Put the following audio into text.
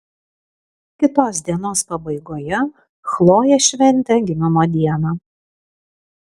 kitos dienos pabaigoje chlojė šventė gimimo dieną